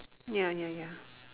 ya ya ya